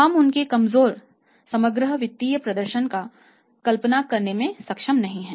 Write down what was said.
हम उनके कमजोर समग्र वित्तीय प्रदर्शन की कल्पना करने में सक्षम नहीं हैं